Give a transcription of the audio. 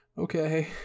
okay